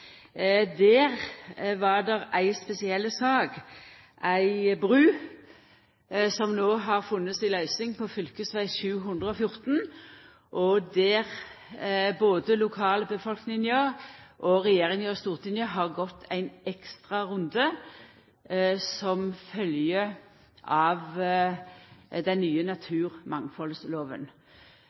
Der var det ei spesiell sak – ei bru – som no har funne si løysing på fv. 714, og der både lokalbefolkninga, regjeringa og Stortinget har gått ein ekstra runde som følgje av den nye